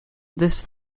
this